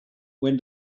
when